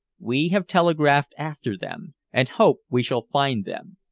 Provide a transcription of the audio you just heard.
we have telegraphed after them, and hope we shall find them.